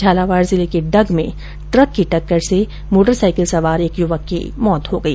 झालावाड जिले के डग में ट्रक की टक्कर से मोटरसाईकिल सवार एक युवक की मौत हो गई